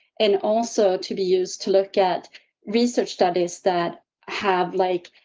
and also to be used to look at research studies that have, like,